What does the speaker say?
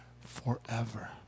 forever